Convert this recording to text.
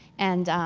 and